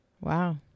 Wow